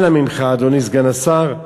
אנא ממך, אדוני סגן השר,